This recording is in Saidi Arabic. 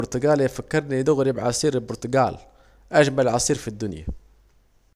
البرتجالي ديه يفكرني بعصير البرتجال، أجمل عصير في الدنيا